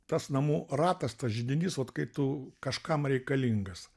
tas namų ratas tas židinys vat kai tu kažkam reikalingas